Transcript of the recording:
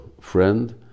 friend